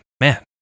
man